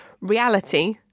reality